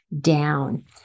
down